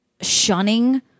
shunning